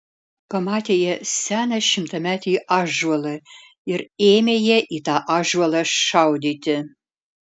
pamatė jie seną šimtametį ąžuolą ir ėmė jie į tą ąžuolą šaudyti